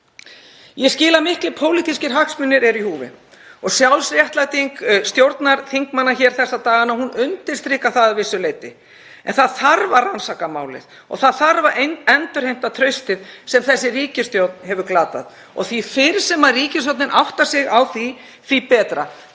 það eru miklir pólitískir hagsmunir í húfi og sjálfsréttlæting stjórnarþingmanna hér þessa dagana undirstrikar það að vissu leyti. En það þarf að rannsaka málið og það þarf að endurheimta traustið sem þessi ríkisstjórn hefur glatað. Og því fyrr sem ríkisstjórnin áttar sig á því, því betra.